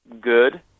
good